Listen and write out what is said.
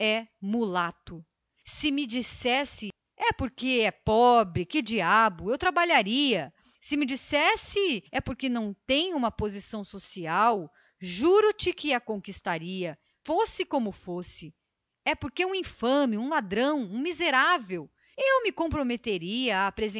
escrava se me dissessem é porque é pobre que diabo eu trabalharia se me dissessem é porque não tem uma posição social juro-te que a conquistaria fosse como fosse é porque é um infame um ladrão um miserável eu me comprometeria